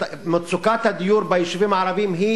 מצוקת הדיור ביישובים הערביים היא